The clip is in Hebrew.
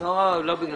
אני לא יכול.